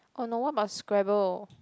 !oh no! what about Scrabble